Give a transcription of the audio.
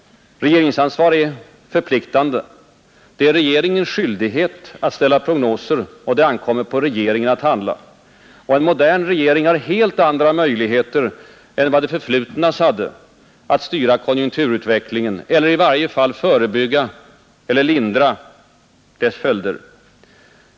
Regeringsansvar är förpliktande. Det är regeringens skyldighet att ställa prognoser. Det ankommer på regeringen att handla. En modern regering har helt andra möjligheter än vad det förflutnas hade att styra konjunkturutvecklingen eller i varje fall förebygga eller lindra dess följder.